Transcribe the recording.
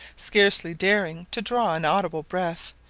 scarcely daring to draw an audible breath,